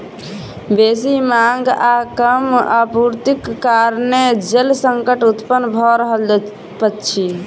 बेसी मांग आ कम आपूर्तिक कारणेँ जल संकट उत्पन्न भ रहल अछि